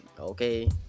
Okay